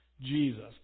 Jesus